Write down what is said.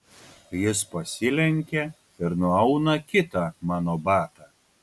jis pasilenkia ir nuauna kitą mano batą